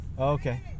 Okay